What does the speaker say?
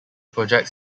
projects